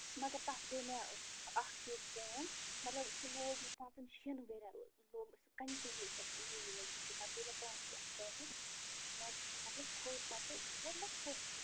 مگر تتھ گٔے مےٚ اکھ چیٖز کٲم مطلب سُہ لوگ مےٚ پانٛژَن شٮ۪ن ؤرِیَن لوگ مےٚ سُہ کنٛٹِنیوٗ کنٛٹِنیوٗ لوگ مےٚ سُہ پتہٕ گٔے مےٚ پانسٕے اکھ پرٛابلِم مےٚ مطلب کھوٚت پتہٕ مطلب نَہ پھۄکھ ہیوٗ کھوٚت مےٚ